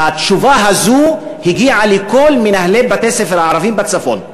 התשובה הזאת הגיעה לכל מנהלי בתי-הספר הערבים בצפון,